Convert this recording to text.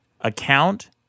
account—